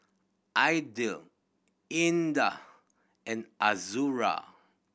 Aidil Indah and Azura